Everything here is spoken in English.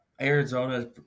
Arizona